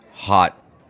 hot